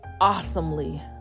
awesomely